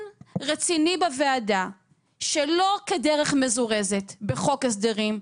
רציני בוועדה שלא כדרך מזורזת בחוק הסדרים,